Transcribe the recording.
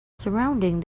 surrounding